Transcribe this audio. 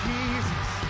Jesus